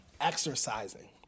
Exercising